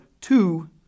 two